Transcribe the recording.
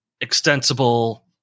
extensible